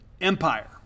Empire